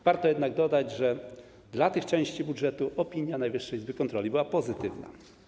Warto jednak dodać, że dla tych części budżetu opinia Najwyższej Izby Kontroli była pozytywna.